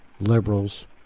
liberals